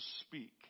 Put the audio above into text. speak